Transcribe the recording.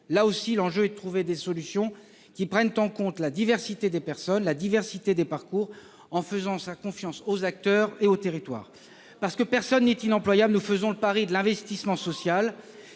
Là aussi, l'enjeu consiste à trouver des solutions qui prennent en compte la diversité des personnes et des parcours en faisant confiance aux acteurs et aux territoires. Parce que personne n'est inemployable, nous faisons le pari de l'investissement social.